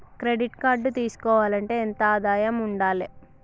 Credit card తీసుకోవాలంటే ఎంత ఆదాయం ఉండాలే?